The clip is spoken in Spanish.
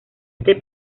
este